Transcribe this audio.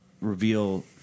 reveal